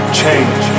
change